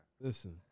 Listen